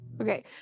Okay